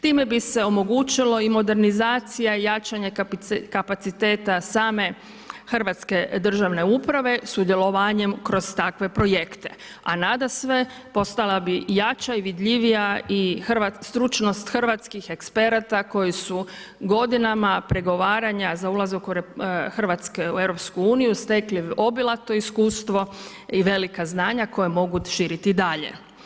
Time bi se omogućilo i modernizacija jačanje kapaciteta same hrvatske državne uprave sudjelovanjem kroz takve projekte, a nadasve postala bi jača i vidljivija i stručnost hrvatskih eksperata koji su godinama pregovaranja za ulazak Hrvatske u EU stekli obilato iskustvo i velika znanja koja mogu širiti dalje.